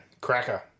Cracker